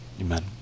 Amen